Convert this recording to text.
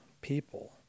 people